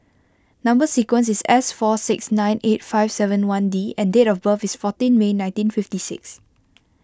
Number Sequence is S four six nine eight five seven one D and date of birth is fourteen May nineteen fifty six